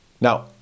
Now